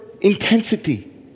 intensity